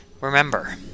Remember